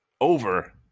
over